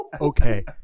okay